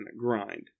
grind